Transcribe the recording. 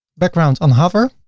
background on hover.